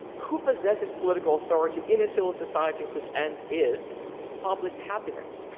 who possesses political authority in a civil society whose end is public happiness.